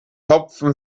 topfen